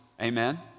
amen